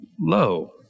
low